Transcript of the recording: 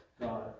God